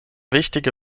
wichtige